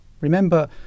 Remember